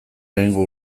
lehengo